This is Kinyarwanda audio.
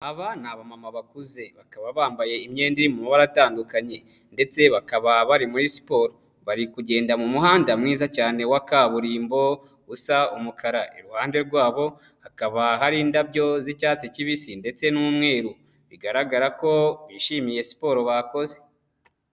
Aba ni aba mama bakuze bakaba bambaye imyenda y'amabara atandukanye, ndetse bakaba bari muri siporo bari kugenda mu muhanda mwiza cyane wa kaburimbo, usa umukara, iruhande rwabo hakaba hari indabyo z'icyatsi kibisi ndetse n'umweru, bigaragara ko bishimiye siporo bakoze.